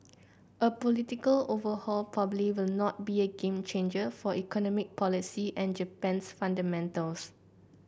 a political overhaul probably will not be a game changer for economic policy and Japan's fundamentals